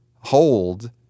hold